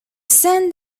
sand